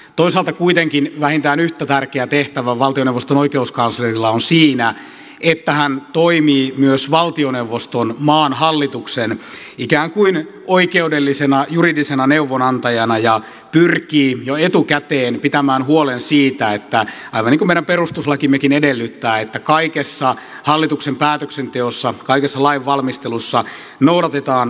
toisaalta kuitenkin vähintään yhtä tärkeä tehtävä valtioneuvoston oikeuskanslerilla on siinä että hän toimii myös valtioneuvoston maan hallituksen ikään kuin oikeudellisena juridisena neuvonantajana ja pyrkii jo etukäteen pitämään huolen siitä aivan niin kuin meidän perustuslakimme edellyttää että kaikessa hallituksen päätöksenteossa kaikessa lainvalmistelussa noudatetaan tarkoin lakia